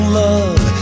love